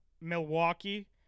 Milwaukee